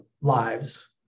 lives